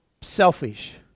selfish